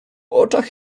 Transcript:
oczach